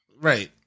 Right